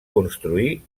construir